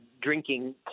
drinking